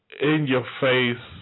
in-your-face